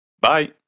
Bye